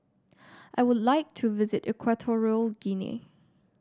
I would like to visit Equatorial Guinea